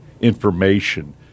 information